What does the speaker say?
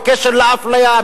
בקשר לאפליה,